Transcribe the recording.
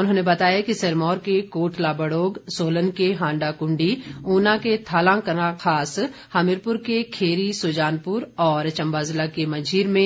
उन्होंने बताया कि सिरमौर के कोटला बडोग सोलन के हांडा क्ंडी ऊना के थानांकला खास हमीरपुर के खेरी सुजानपुर और चंबा जिला के मंझीर